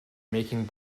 making